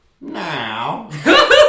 Now